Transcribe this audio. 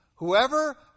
Whoever